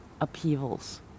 upheavals